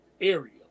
area